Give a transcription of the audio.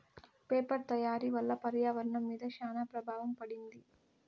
paper తయారీ వల్ల పర్యావరణం మీద శ్యాన ప్రభావం పడింది